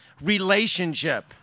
relationship